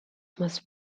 must